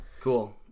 Cool